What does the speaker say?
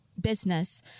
Business